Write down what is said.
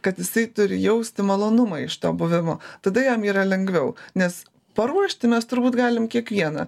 kad jisai turi jausti malonumą iš to buvimo tada jam yra lengviau nes paruošti mes turbūt galim kiekvieną